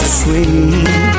sweet